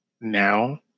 now